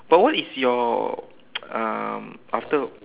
but what is your um after